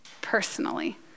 personally